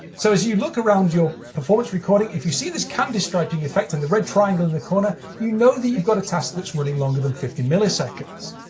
so as you look around your performance recording, if you see this candy striping effect and the red triangle in the corner, you know that you've got a task that's running longer than fifty milliseconds.